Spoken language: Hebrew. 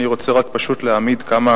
אני רוצה רק פשוט להעמיד כמה